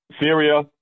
Syria